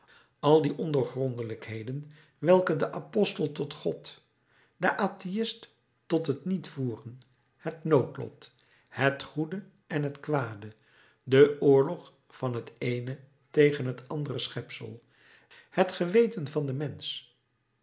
al die ondoorgrondelijkheden welke den apostel tot god den atheïst tot het niet voeren het noodlot het goede en het kwade de oorlog van het eene tegen het andere schepsel het geweten van den mensch